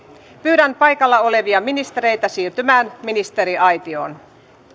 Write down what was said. pyydän paikalla olevia ministereitä siirtymään ministeriaitioon